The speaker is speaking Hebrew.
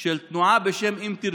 של תנועה בשם אם תרצו.